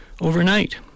overnight